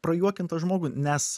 prajuokint tą žmogų nes